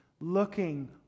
looking